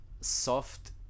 soft